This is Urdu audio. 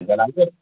جلال گڑھ